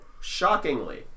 shockingly